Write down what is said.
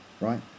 Right